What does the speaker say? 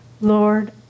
Lord